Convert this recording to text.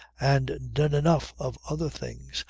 and done enough of other things,